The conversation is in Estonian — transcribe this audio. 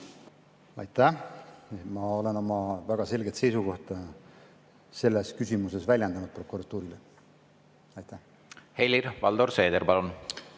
Aitäh! Ma olen oma väga selget seisukohta selles küsimuses väljendanud prokuratuurile. Aitäh!